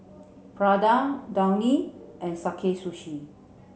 Prada Downy and Sakae Sushi